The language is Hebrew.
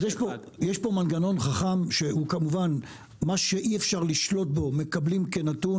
יש פה מנגנון חכם כך שאת מה שאי אפשר לשלוט בו מקבלים כנתון,